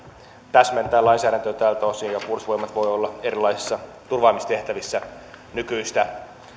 täsmentää lainsäädäntöä tältä osin ja puolustusvoimat voi olla erilaisissa turvaamistehtävissä nykyistä